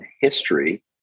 history